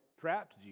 trapped